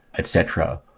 etc,